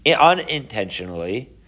unintentionally